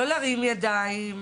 לא להרים ידיים.